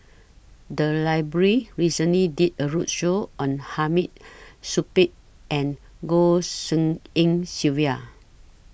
The Library recently did A roadshow on Hamid Supaat and Goh Tshin En Sylvia